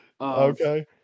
Okay